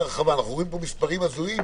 רחבה אנחנו רואים פה מספרים הזויים.